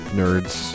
nerds